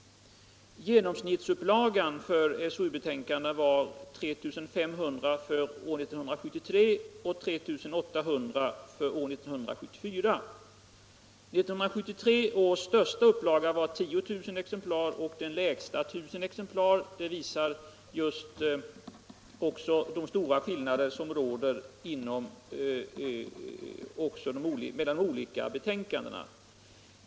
Genomsnittsupplagan för SOU-betänkandena var 3 500 för år 1973 och 3 800 för år 1974. 1973 års största upplaga var 10 000 exemplar och den lägsta 1000 exemplar. Det visar de stora skillnader som råder mellan de olika betänkandena.